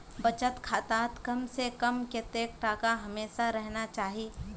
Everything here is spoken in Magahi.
बचत खातात कम से कम कतेक टका हमेशा रहना चही?